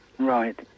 Right